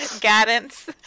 guidance